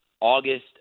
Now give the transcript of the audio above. August